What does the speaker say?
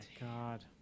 God